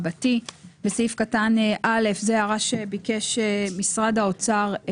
בסעיף קטן (א) זו הערה שביקש להכניס משרד האוצר.